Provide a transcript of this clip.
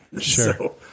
Sure